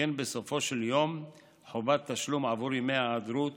שכן בסופו של יום חובת התשלום בעבור ימי היעדרות